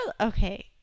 okay